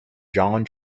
john